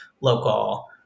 local